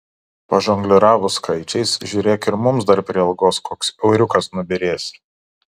pažongliravus skaičiais žiūrėk ir mums dar prie algos koks euriukas nubyrės